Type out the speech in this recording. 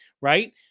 right